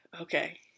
Okay